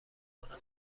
بکنم